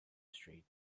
street